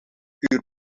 uur